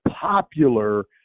popular